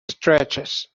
stretches